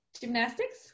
Gymnastics